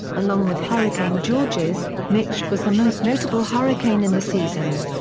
along with hurricane georges, mitch was the most notable hurricane in the season.